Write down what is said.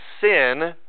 sin